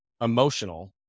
emotional